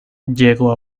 llegó